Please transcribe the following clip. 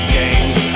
games